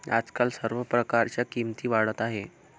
आजकाल सर्व प्रकारच्या किमती वाढत आहेत